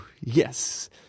yes